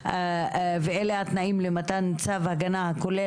(ג)ואלה התנאים למתן צו הגנה הכולל